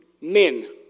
men